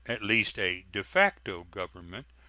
at least a de facto government,